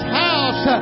house